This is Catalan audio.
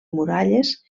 muralles